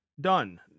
Done